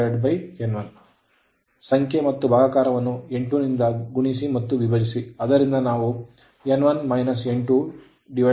ಸಂಖ್ಯೆ ಮತ್ತು ಭಾಗಾಕಾರವನ್ನು N2 ನಿಂದ ಗುಣಿಸಿ ಮತ್ತು ವಿಭಜಿಸಿ